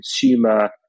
consumer